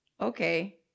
okay